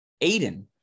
Aiden